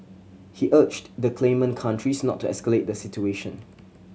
he urged the claimant countries not to escalate the situation